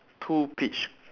two peach